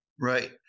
Right